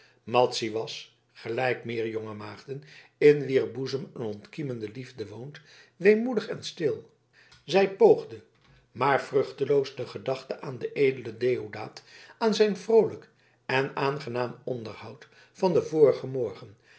madzy was gelijk meer jonge maagden in wier boezem een ontkiemende liefde woont weemoedig en stil zij poogde maar vruchteloos de gedachte aan den edelen deodaat aan zijn vroolijk en aangenaam onderhoud van den vorigen morgen